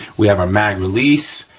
we have our mag release,